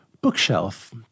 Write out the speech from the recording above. bookshelf